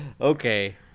Okay